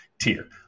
tier